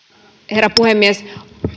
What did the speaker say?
herra puhemies